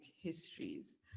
histories